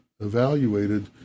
evaluated